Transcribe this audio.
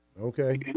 Okay